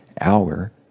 hour